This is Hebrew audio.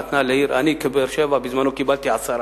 נתנה לעיר, אני, בבאר-שבע, בזמנו קיבלתי עשרה.